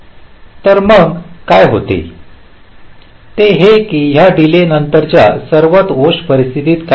तर मग काय होते ते हे की या डीले नंतरच्या सर्वात वोर्स्ट परिस्थितीत काय होते